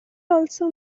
also